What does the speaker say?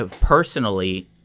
personally